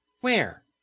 Where